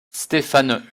stéphan